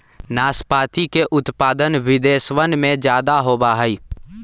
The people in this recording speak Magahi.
नाशपाती के उत्पादन विदेशवन में ज्यादा होवा हई